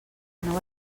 nova